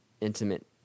intimate